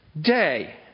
day